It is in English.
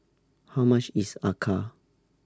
How much IS Acar